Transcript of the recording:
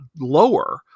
lower